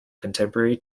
contemporary